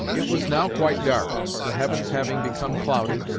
it was now quite dark, the heavens having become clouded,